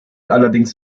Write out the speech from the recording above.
allerdings